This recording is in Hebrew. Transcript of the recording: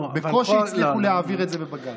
בקושי הצליחו להעביר את זה בבג"ץ.